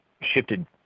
shifted